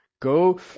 Go